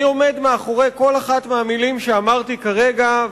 אני עומד מאחורי כל אחת מהמלים שאמרתי כרגע,